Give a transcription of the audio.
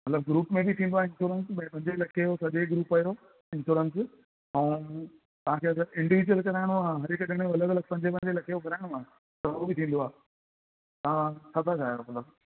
मतलबु ग्रुप में बि थींदो आहे इंश्योरंस पंजे लखे जो सॼे ग्रुप जो इंश्योरंस ऐं अगरि तव्हांखे इंडिविजुअल में कराइणो आहे हर हिक ॼणे जो अलॻि अलॻि पंजे लखे जो कराइणो आहे त हू बि थींदो आहे तव्हां छा था चाहियो मतलबु